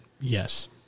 yes